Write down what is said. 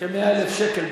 כ-100,000 שקל.